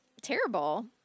terrible